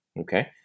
Okay